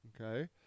okay